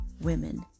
Women